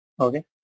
Okay